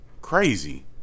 crazy